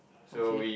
okay